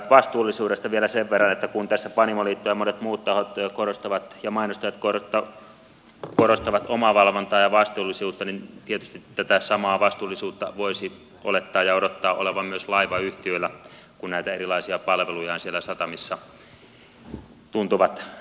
vastuullisuudesta vielä sen verran että kun tässä panimoliitto ja mainostajat ja monet muut tahot korostavat omavalvontaa ja vastuullisuutta niin tietysti tätä samaa vastuullisuutta voisi olettaa ja odottaa olevan myös laivayhtiöillä kun ne näitä erilaisia palvelujaan siellä satamissa tuntuvat mieluusti laajentavan